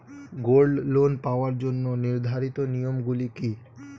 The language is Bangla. গোল্ড লোন পাওয়ার জন্য নির্ধারিত নিয়ম গুলি কি?